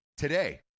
Today